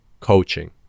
coaching